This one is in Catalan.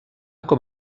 com